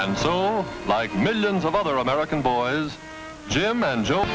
and so like millions of other american boys jim and joe